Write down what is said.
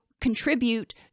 contribute